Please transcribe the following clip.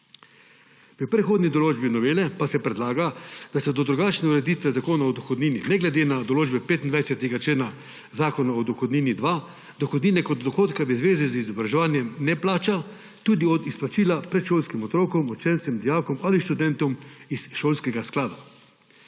V prehodni določbi novele pa se predlaga, da se do drugačne ureditve Zakona o dohodnini, ne glede na določbe 25. člena Zakona o dohodnini-2, dohodnine kot dohodka v zvezi z izobraževanjem ne plača tudi od izplačila predšolskim otrokom, učencem, dijakom ali študentom iz šolskega sklada.